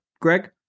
Greg